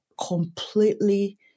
completely